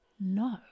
No